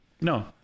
No